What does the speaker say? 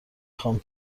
خوام